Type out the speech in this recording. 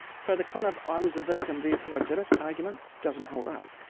so the kind of i was a victim therefore i did it argument doesn't hold up.